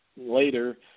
later